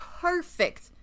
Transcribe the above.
perfect